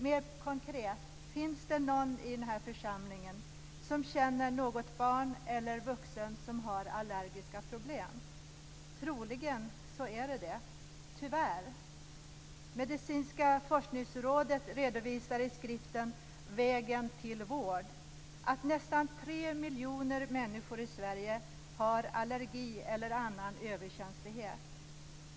Mer konkret undrar jag om det finns någon i den här församlingen som känner något barn eller någon vuxen som har allergiska problem. Troligen gör någon det - tyvärr. Sverige har allergi eller annan överkänslighet.